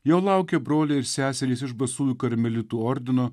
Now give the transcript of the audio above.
jo laukė broliai ir seserys iš basųjų karmelitų ordino